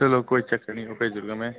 चलो कोई चक्कर नी भेजी ओड़गा मैं